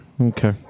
okay